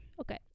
Okay